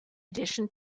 addition